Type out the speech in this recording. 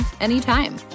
anytime